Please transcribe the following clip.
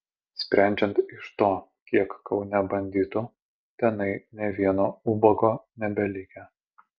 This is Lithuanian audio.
sprendžiant iš to kiek kaune banditų tenai nė vieno ubago nebelikę